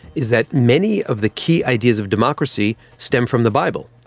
is that many of the key ideas of democracy stem from the bible.